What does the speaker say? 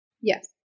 Yes